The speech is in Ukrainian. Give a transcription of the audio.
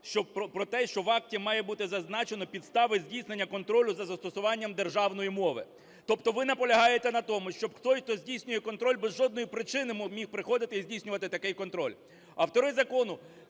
про те, що в акті має бути зазначено підстави здійснення контролю за застосуванням державної мови. Тобто ви наполягаєте на тому, щоб той, хто здійснює контроль, без жодної причини міг приходити і здійснювати такий контроль. Автори закону